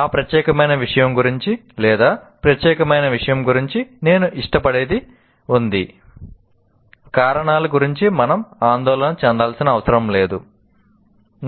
ఆ ప్రత్యేకమైన విషయం గురించి లేదా ప్రత్యేకమైన విషయం గురించి నేను ఇష్టపడేది ఉంది